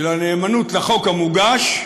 של הנאמנות לחוק המוגש,